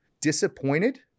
disappointed